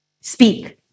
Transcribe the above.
Speak